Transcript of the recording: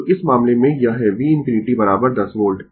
तो इस मामले में यह है v infinity 10 वोल्ट